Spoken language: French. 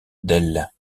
d’elle